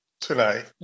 tonight